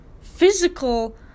physical